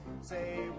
Say